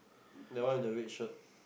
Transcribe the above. that one with the red shirt